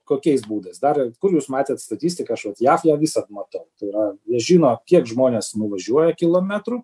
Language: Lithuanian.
kokiais būdais dar kur jūs matėt statistiką aš vat jav ją visą matau tai yra jie žino kiek žmonės nuvažiuoja kilometrų